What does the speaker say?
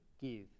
give